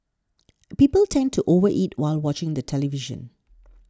people tend to over eat while watching the television